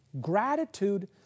Gratitude